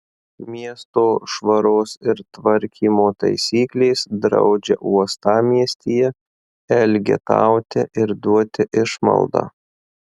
miesto švaros ir tvarkymo taisyklės draudžia uostamiestyje elgetauti ir duoti išmaldą